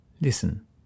listen